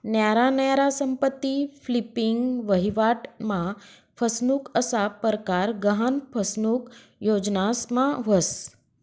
न्यारा न्यारा संपत्ती फ्लिपिंग, वहिवाट मा फसनुक असा परकार गहान फसनुक योजनास मा व्हस